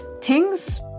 ting's